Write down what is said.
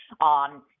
on